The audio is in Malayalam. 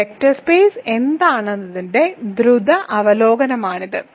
ഒരു വെക്റ്റർ സ്പേസ് എന്താണെന്നതിന്റെ ദ്രുത അവലോകനമാണിത്